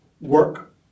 work